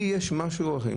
אני רוצה שיהיה שוויון.